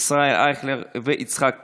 ישראל אייכלר ויצחק פינדרוס,